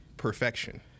perfection